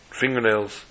fingernails